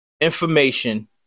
information